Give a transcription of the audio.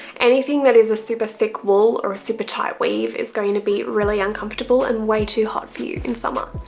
anything that is a super thick wool or a super tight weave is going to be really uncomfortable and way too hot for you in summer.